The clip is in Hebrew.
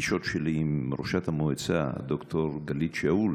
מפגישות שלי עם ראשת המועצה ד"ר גלית שאול.